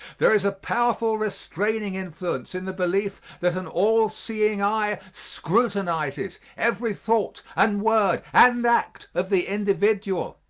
there is a powerful restraining influence in the belief that an all-seeing eye scrutinizes every thought and word and act of the individual.